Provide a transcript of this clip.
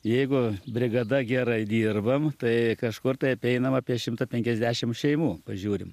jeigu brigada gerai dirbam tai kažkur tai apeinam apie šimtą penkiasdešim šeimų pažiūrim